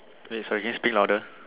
eh sorry again speak louder